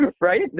right